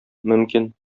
мөмкин